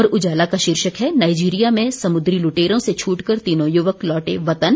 अमर उजाला का शीर्षक है नाइजीरिया में समुद्री लुटेरों से छूटकर तीनों युवक लौटे वतन